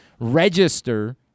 register